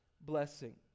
blessing